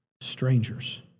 strangers